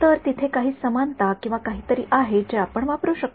तर तिथे काही समानता किंवा काहीतरी आहे जे आपण वापरू शकतो